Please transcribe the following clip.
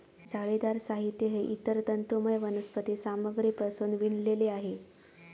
जाळीदार साहित्य हे इतर तंतुमय वनस्पती सामग्रीपासून विणलेले आहे